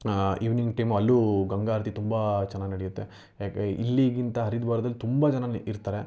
evening time ಅಲ್ಲೂ ಗಂಗಾ ಆರತಿ ತುಂಬ ಚೆನ್ನಾಗಿ ನಡೆಯುತ್ತೆ ಯಾಕೆ ಇಲ್ಲಿಗಿಂತ ಹರಿದ್ವಾರ್ದಲ್ಲಿ ತುಂಬ ಜನ ನ್ ಇರ್ತಾರೆ